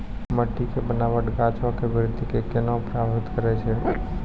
मट्टी के बनावट गाछो के वृद्धि के केना प्रभावित करै छै?